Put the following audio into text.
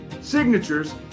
signatures